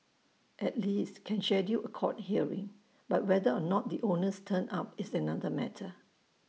at least can schedule A court hearing but whether or not the owners turn up is another matter